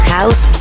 House